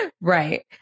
Right